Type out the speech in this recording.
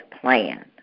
plan